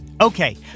okay